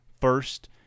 first